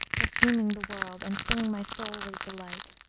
perfuming the world and filling my soul with delight.